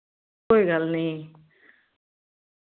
कोई गल्ल नी